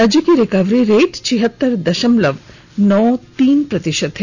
राज्य की recovery rate छिहत्तर दशमलव नौ तीन प्रतिशत है